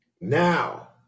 Now